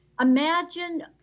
imagine